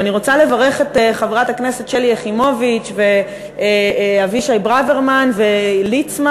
ואני רוצה לברך את חברי הכנסת שלי יחימוביץ ואבישי ברוורמן וליצמן,